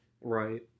Right